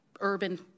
urban